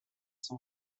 son